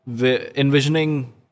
envisioning